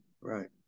right